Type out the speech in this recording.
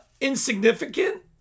insignificant